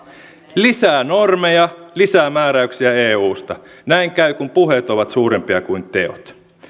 lisää normeja lisää määräyksiä eusta näin käy kun puheet ovat suurempia kuin teot